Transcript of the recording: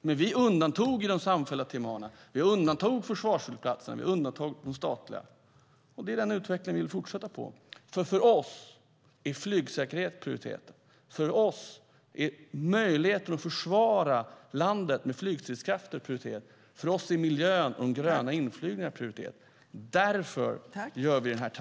men vi undantog de samfällda TMA. Vi undantog försvarets flygplatser och de statliga. Det är den utvecklingen vi vill fortsätta med. För oss är flygsäkerheten prioriterad. För oss är möjligheten att försvara landet med flygstridskrafter prioriterad. För oss är miljön och de gröna inflygningarna prioriterade. Därför tar vi denna time-out.